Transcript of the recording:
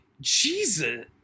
Jesus